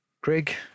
Craig